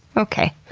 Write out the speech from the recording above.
okay.